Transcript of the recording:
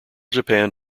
japan